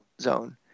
zone